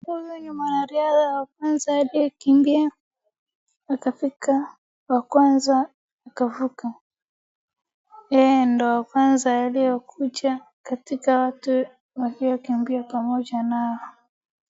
Huyu ni mwaariadha wa kwanza aliyekimbia akafika wa kwanza akavuka yeye ndio wakwanza aliyekuja katika watu aliyekimbia nao.